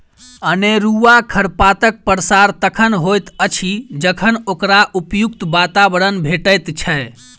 अनेरूआ खरपातक प्रसार तखन होइत अछि जखन ओकरा उपयुक्त वातावरण भेटैत छै